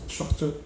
structured